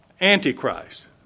Antichrist